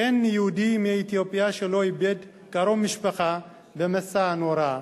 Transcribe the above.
אין יהודי מאתיופיה שלא איבד קרוב משפחה במסע הנורא.